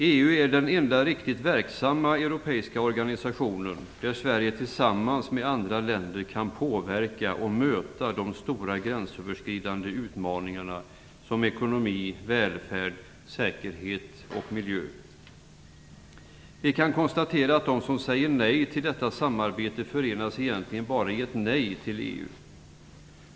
EU är den enda riktigt verksamma europeiska organisation där Sverige tillsammans med andra länder kan påverka och möta de stora gränsöverskridande utmaningarna, såsom ekonomi, välfärd, säkerhet och miljö. Vi kan konstatera att de som säger nej till detta samarbete egentligen bara förenas av sitt nej till EU.